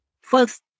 first